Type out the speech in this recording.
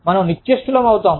మనం నిశ్చేష్టులం అవుతాం